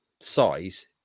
size